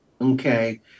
Okay